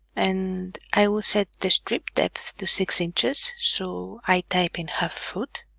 and i will set the strip depth to six inches so, i type in half foot.